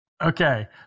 Okay